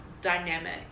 dynamic